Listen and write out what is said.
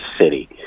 city